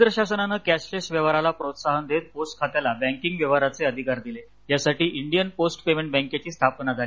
केंद्रशासनान cashless व्यवहाराला प्रोत्साहन देत पोस्ट खात्याला बँकिंग व्यव्यहाराचे अधिकार दिले यासाठी इंडियन पोस्ट पेमंट बँकेची स्थापना झाली